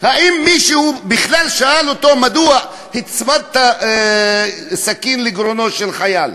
האם מישהו בכלל שאל אותו: מדוע הצמדת סכין לגרונו של חייל?